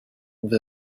with